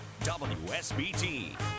WSBT